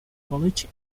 college